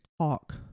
talk